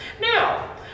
Now